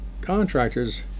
contractors